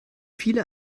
viele